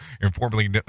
informally